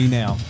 now